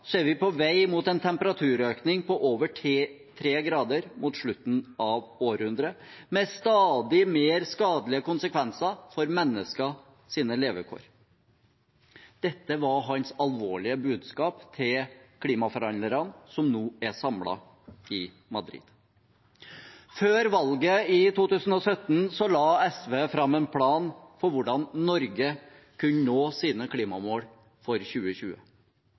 er vi på vei mot en temperaturøkning på over 3 grader mot slutten av århundret, med stadig mer skadelige konsekvenser for menneskers levekår.» Dette var hans alvorlige budskap til klimaforhandlerne som nå er samlet i Madrid. Før valget i 2017 la SV fram en plan for hvordan Norge kunne nå sine klimamål for 2020.